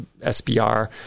SBR